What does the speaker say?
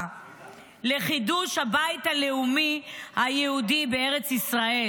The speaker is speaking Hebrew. לחידוש הבית הלאומי היהודי בארץ ישראל.